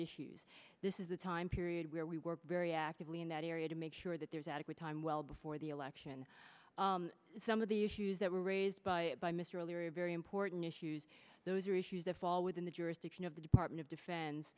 issues this is the time period where we work very actively in that area to make sure that there's adequate time well before the election some of the issues that were raised by by mr earlier very important issues those are issues that fall within the jurisdiction of the department of defen